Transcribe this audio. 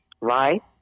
right